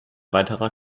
weiterer